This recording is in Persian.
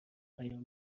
پیام